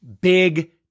big